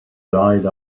died